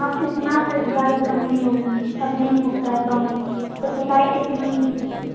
اب اتنا سے زیادہ کم نہیں ہوگا اب نہیں ہو سکتا ہے کم کتنے